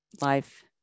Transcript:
life